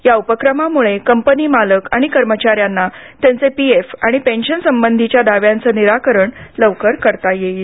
या उपक्रमामुळे कंपनी मालक आणि कर्मचार्यांना त्यांचे पीएफ आणि पेन्शन संबंधीच्या दाव्यांचे निराकरण लवकर करता येईल